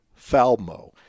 Falmo